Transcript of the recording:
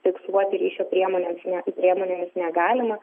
fiksuoti ryšio priemonėms ne priemonėmis negalima